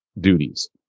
duties